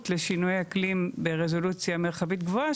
לשינויי אקלים ברזולוציה מרחבית גבוהה,